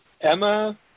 Emma